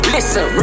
Listen